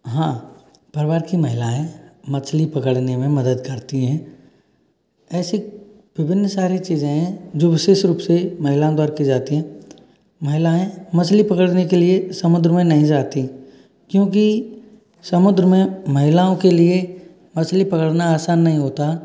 हाँ परिवार की महिलाएँ मछली पकड़ने में मदद करती हैं ऐसे विभिन्न सारी चीज़ें हैं जो विशेष रूप से महिलाओं द्वारा की जाती हैं महिलाएँ मछली पकड़ने के लिए समुद्र में नहीं जातीं क्योंकि समुद्र में महिलाओं के लिए मछली पकड़ना आसान नहीं होता